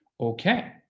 okay